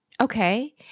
Okay